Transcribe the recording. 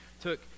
took